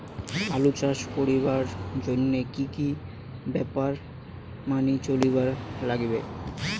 আলু চাষ করিবার জইন্যে কি কি ব্যাপার মানি চলির লাগবে?